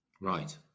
right